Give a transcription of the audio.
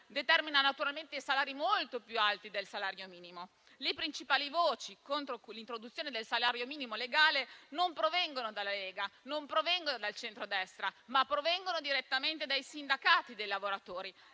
determina salari molto più alti del salario minimo. Le principali voci contro l'introduzione del salario minimo legale non provengono dalla Lega o dal centrodestra, ma direttamente dai sindacati dei lavoratori